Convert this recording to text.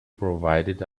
provided